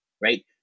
right